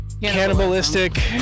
cannibalistic